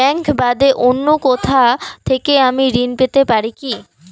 Bank বাদে অন্য কোথা থেকে আমি ঋন পেতে পারি?